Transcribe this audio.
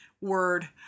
word